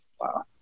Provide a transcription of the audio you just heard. wow